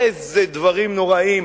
איזה דברים נוראים.